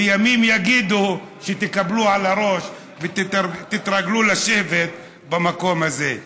וימים יגידו ותקבלו על הראש ותתרגלו לשבת במקום הזה.